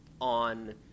on